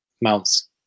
Mount's